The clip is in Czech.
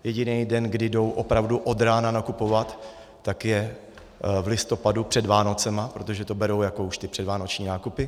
Jediný den, kdy jdou opravdu od rána nakupovat, je v listopadu před Vánocemi, protože už to berou jako předvánoční nákupy.